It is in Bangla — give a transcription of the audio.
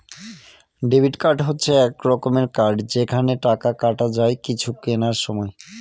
ডেবিট কার্ড হচ্ছে এক রকমের কার্ড যেখানে টাকা কাটা যায় কিছু কেনার সময়